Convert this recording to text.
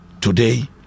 today